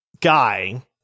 guy